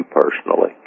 personally